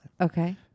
Okay